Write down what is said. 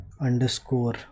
underscore